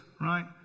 right